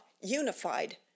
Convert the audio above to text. unified